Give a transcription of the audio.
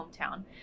hometown